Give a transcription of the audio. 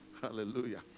Hallelujah